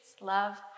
love